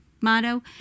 motto